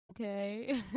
Okay